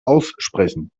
aussprechen